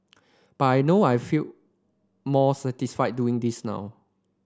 but I know I feel more satisfied doing this now